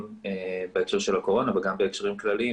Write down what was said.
בהקשר של הקורונה וגם בהקשרים כלליים.